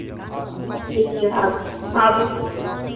ठीक छै आबू आबू